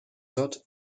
wird